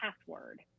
password